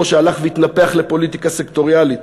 שהלך והתנפח לפוליטיקה סקטוריאלית.